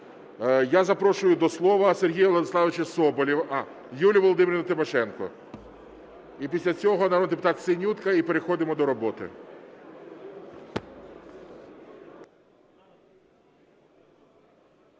Я запрошую до слова Сергія Владиславовича Соболєва. А, Юлію Володимирівну Тимошенко. І після цього народний депутат Синютка, і переходимо до роботи.